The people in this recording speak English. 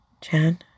Chan